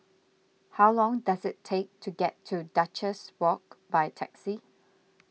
how long does it take to get to Duchess Walk by taxi